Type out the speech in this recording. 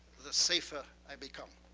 the safer i become.